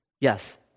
Yes